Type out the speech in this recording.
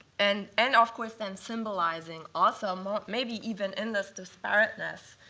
and and, of course, then symbolizing also, maybe even in this disparateness,